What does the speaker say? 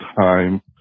time